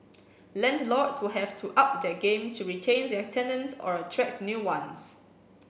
landlords will have to up their game to retain their tenants or attract new ones